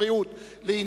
הבריאות (תיקון) (הרחבת תחולת החוק למקצועות בריאות נוספים).